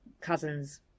cousins